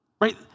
right